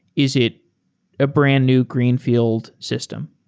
is it a brand-new greenfield system?